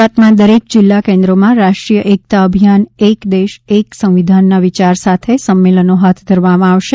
ગુજરાતમાં દરેક જિલ્લા કેન્દ્રોમાં રાષ્ટ્રીય એકતા અભિયાન એક દેશ એક સંવિધાનના વિચાર સાથે સંમેલનો હાથ ધરવામાં આવશે